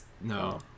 No